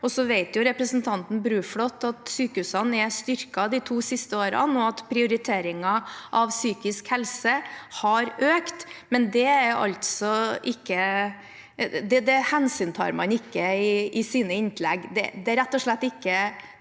Så vet representanten Bruflot at sykehusene er styrket de to siste årene, og at prioriteringen av psykisk helse har økt, men det hensyntar man ikke i sine innlegg.